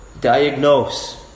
Diagnose